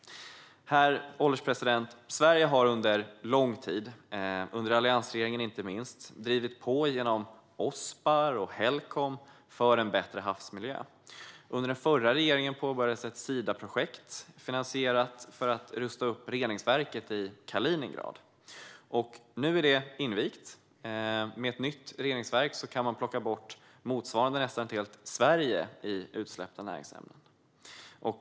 Herr ålderspresident! Sverige har under lång tid, inte minst under alliansregeringen, drivit på genom Ospar och Helcom för en bättre havsmiljö. Under den förra regeringen påbörjades ett Sidaprojekt som finansierade en upprustning av reningsverket i Kaliningrad. Nu är det invigt, och med ett nytt reningsverk kan man plocka bort motsvarande nästan ett helt Sverige i utsläppta näringsämnen.